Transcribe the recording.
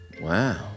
Wow